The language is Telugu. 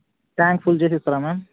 ట్యాంక్ ఫుల్ చేసి ఇస్తారా మ్యామ్